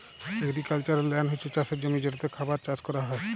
agricultural land হছে চাষের জমি যেটতে খাবার চাষ ক্যরা হ্যয়